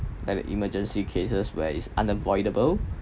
that the emergency cases where is unavoidable